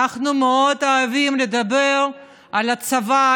אנחנו מאוד אוהבים לדבר על הצבא,